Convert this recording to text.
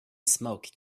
smoke